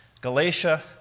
Galatia